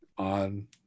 on